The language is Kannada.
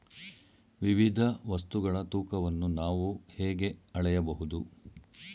ವಿವಿಧ ವಸ್ತುಗಳ ತೂಕವನ್ನು ನಾವು ಹೇಗೆ ಅಳೆಯಬಹುದು?